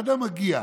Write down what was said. אדם מגיע,